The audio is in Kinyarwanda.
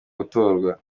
gutorwa